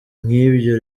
nk’ibyo